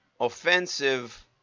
offensive